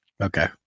Okay